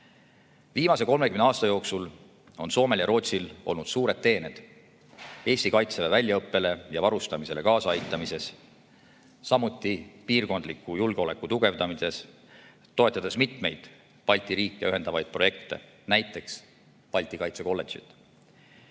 Viimase 30 aasta jooksul on Soomel ja Rootsil olnud suured teened Eesti Kaitseväe väljaõppele ja varustamisele kaasaaitamises, samuti piirkondliku julgeoleku tugevdamises, toetades mitmeid Balti riike ühendavaid projekte, näiteks Balti Kaitsekolledžit.